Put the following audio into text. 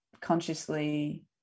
consciously